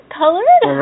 colored